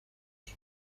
بشه